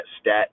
stat